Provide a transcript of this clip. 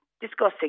discussing